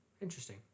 Interesting